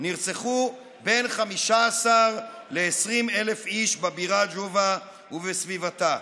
נרצחו בין 15,000 ל-20,000 איש בבירה ג'ובה ובסביבתה.